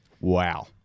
Wow